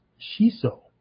shiso